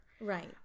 Right